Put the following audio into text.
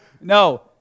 no